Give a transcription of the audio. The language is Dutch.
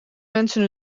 mensen